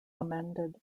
amended